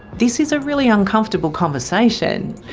this is a really uncomfortable conversation.